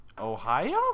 Ohio